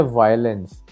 violence